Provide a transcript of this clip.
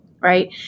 right